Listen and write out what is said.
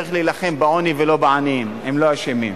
צריך להילחם בעוני ולא בעניים, הם לא אשמים.